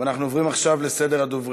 ואנחנו עוברים עכשיו לסדר הדוברים.